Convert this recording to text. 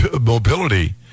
Mobility